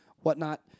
whatnot